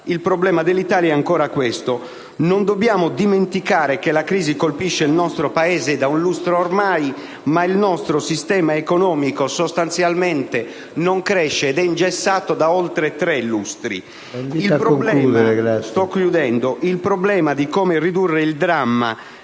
il problema dell'Italia è ancora questo. Non dobbiamo dimenticare che la crisi colpisce il nostro Paese ormai da un lustro, ma che il nostro sistema economico sostanzialmente non cresce ed è ingessato da oltre tre lustri. Il problema di come ridurre il dramma